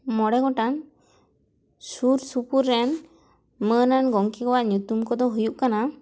ᱢᱚᱬᱮ ᱜᱚᱴᱟᱝ ᱥᱩᱨ ᱥᱩᱯᱩᱨ ᱨᱮᱱ ᱢᱟᱹᱱᱟᱱ ᱜᱚᱢᱠᱮ ᱠᱚᱣᱟᱜ ᱧᱩᱛᱩᱢ ᱠᱚ ᱫᱚ ᱦᱩᱭᱩᱜ ᱠᱟᱱᱟ